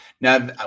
Now